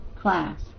class